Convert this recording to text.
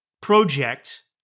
project